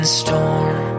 storm